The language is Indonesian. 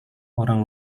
orang